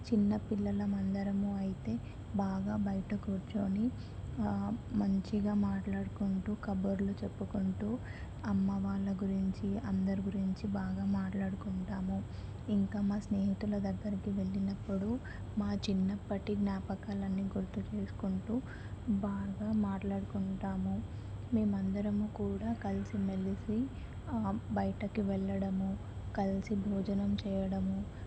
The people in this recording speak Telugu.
చిన్నపిల్లలము అందరము అయితే బాగా బయట కూర్చోని మంచిగా మాట్లాడుకుంటూ కబుర్లు చెప్పుకుంటూ అమ్మ వాళ్ళ గురించి అందరి గురించి బాగా మాట్లాడుకుంటాము ఇంకా మా స్నేహితుల దగ్గరికి వెళ్ళినప్పుడు మా చిన్నప్పటి జ్ఞాపకాలని గుర్తు చేసుకుంటూ బాగా మాట్లాడుకుంటాము మేమందరము కూడా కలిసిమెలిసి బయటకు వెళ్ళడము కలిసి భోజనం చేయడము